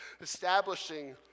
establishing